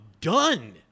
done